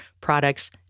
products